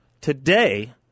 Today